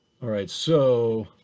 all right, so